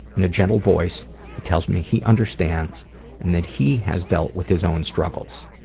in a gentle voice he tells me he understands and that he has dealt with his own struggles.